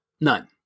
None